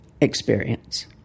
experience